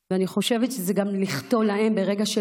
ואני חושבת שזה גם לחטוא להם ברגע שלא